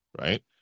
Right